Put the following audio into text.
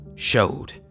showed